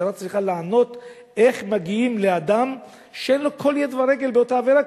המשטרה צריכה לענות איך מגיעים לאדם שאין לו שום יד ורגל באותה עבירה.